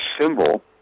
symbol